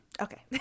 Okay